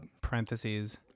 Parentheses